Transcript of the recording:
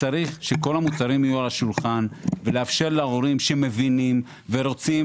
וצריך שכל המוצרים יהיו על השולחן ולאפשר להורים שמבינים ורוצים